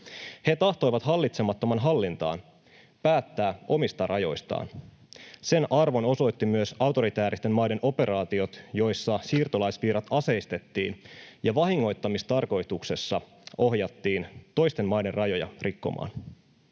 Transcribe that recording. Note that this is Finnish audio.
He tahtoivat hallitsemattoman hallintaan, päättää omista rajoistaan. Sen arvon osoittivat myös autoritääristen maiden operaatiot, joissa siirtolaisvirrat aseistettiin ja vahingoittamistarkoituksessa ohjattiin toisten maiden rajoja rikkomaan.